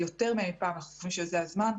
יותר מאי פעם אנחנו חושבים שזה הזמן.